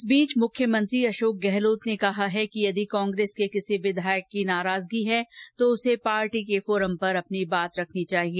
इस बीच मुख्यमंत्री अशोक गहलोत ने कहा है कि यदि कांग्रेस के किसी विधायक की नाराजगी है तो उसे पार्टी के फोरम पर अपनी बात रखनी चाहिए